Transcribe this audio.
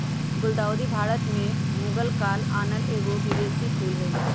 गुलदाऊदी भारत में मुगल काल आनल एगो विदेशी फूल हइ